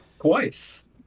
Twice